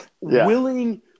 willing